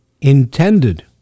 Intended